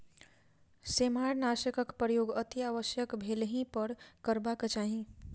सेमारनाशकक प्रयोग अतिआवश्यक भेलहि पर करबाक चाही